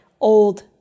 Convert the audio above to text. old